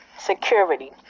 security